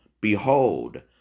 behold